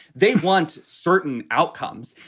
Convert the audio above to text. they want certain outcomes.